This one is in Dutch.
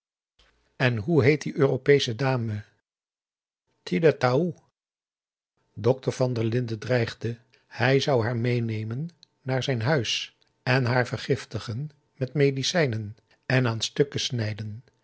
en hoe heet die europeesche dame t i d a t a o e dokter van der linden dreigde hij zou haar meenemen naar zijn huis en haar vergiftigen met medicijnen en aan stukken snijden